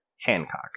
Hancock